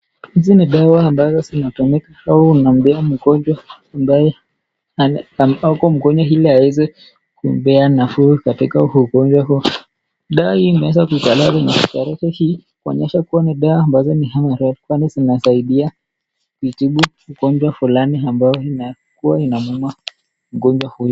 Hizi ni dawa ambazo zinatumika unampea mgonjwa ambaye anafaa mgonjwa ili aweze kumpea nafuu katika ugonjwa huo. Dawa hii imeweza kutana na tarehe hii kuonyesha kuwa ni dawa ambazo ni haraka sana zinasaidia kutibu ugonjwa fulani ambao inakuwa inamwuma mgonjwa huyu.